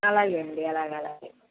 అలాగే అండి అలాగలాగే